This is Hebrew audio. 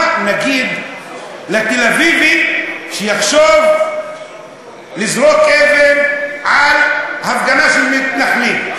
מה נגיד לתל-אביבי שיחשוב לזרוק אבן על הפגנה של מתנחלים?